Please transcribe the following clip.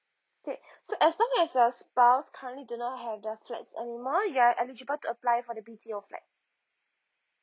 okay so as long as your spouse currently do not have their flats anymore you're eligible to apply for the B_T_O flat